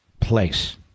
place